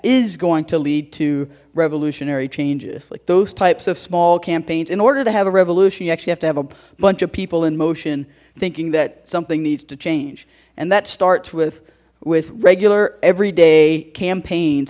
is going to lead to revolutionary changes like those types of small campaigns in order to have a revolution you actually have to have a bunch of people in motion thinking that something needs to change and that starts with with regular everyday campaigns